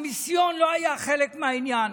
המיסיון לא היה חלק מהעניין.